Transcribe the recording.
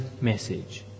message